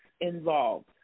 involved